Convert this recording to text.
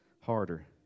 harder